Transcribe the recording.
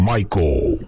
Michael